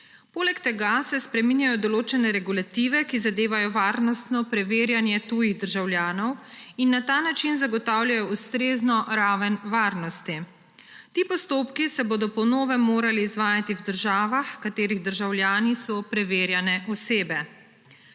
Poleg tega se spreminjajo določene regulative, ki zadevajo varnostno preverjanje tujih državljanov in na ta način zagotavljajo ustrezno raven varnosti. Ti postopki se bodo po novem morali izvajati v državah, katerih državljani so preverjane osebe.